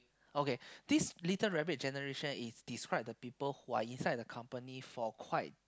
okay this little rabbit generation is describe the people who are inside the company for quite